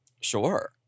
Sure